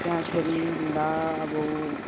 त्यहाँ फेरि भन्दा अब